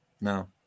No